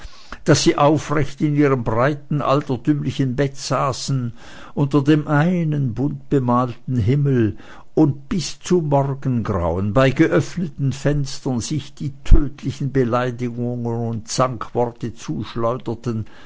daß sie aufrecht in ihrem breiten altertümlichen bette saßen unter dem einen buntbemalten himmel und bis zum morgengrauen bei geöffneten fenstern sich die tödlichen beleidigungen und zankworte zuschleuderten